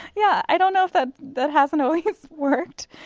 yeah i don't know if ah that hasn't always worked.